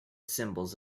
symbols